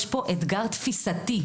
יש פה אתגר תפיסתי,